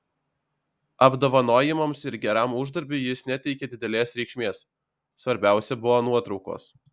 apdovanojimams ir geram uždarbiui jis neteikė didelės reikšmės svarbiausia buvo nuotraukos